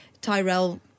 Tyrell